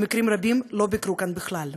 במקרים רבים לא ביקרו כאן בכלל.